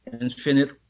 infinite